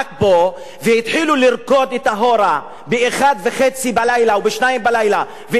לרקוד את ה"הורה" ב-01:30 או ב-02:00 ולהפריע לאנשים,